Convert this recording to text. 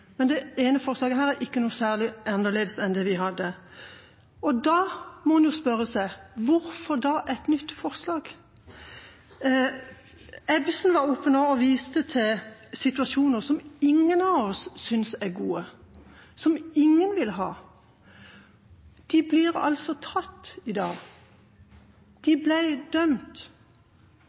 men det ene forslaget her er ikke noe særlig annerledes enn det vi hadde. Og da må en jo spørre seg: Hvorfor et nytt forslag? Ebbesen var oppe nå og viste til situasjoner som ingen av oss synes er gode, som ingen vil ha. De blir altså tatt i dag. De blir dømt.